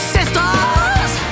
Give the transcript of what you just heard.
Sisters